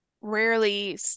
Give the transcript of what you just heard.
rarely